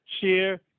share